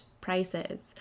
prices